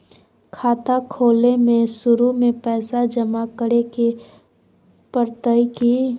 खाता खोले में शुरू में पैसो जमा करे पड़तई की?